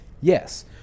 Yes